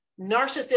narcissism